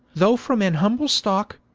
though from an humble stocke,